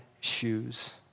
shoes